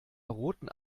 roten